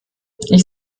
ich